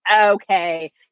okay